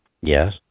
Yes